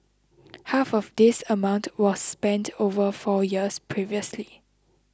half of this amount was spent over four years previously